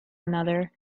another